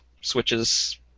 switches